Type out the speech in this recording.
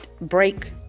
break